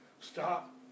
Stop